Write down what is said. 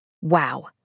wow